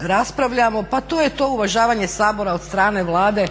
raspravljamo. Pa to je to uvažavanje Sabora od strane Vlade,